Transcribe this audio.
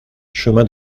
chemin